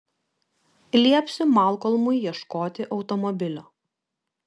liepsiu malkolmui ieškoti automobilio